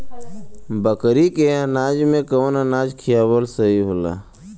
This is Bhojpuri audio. बकरी के अनाज में कवन अनाज खियावल सही होला?